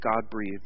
God-breathed